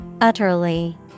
Utterly